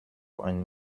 ein